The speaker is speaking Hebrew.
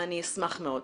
אני אשמח מאוד.